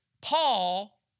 Paul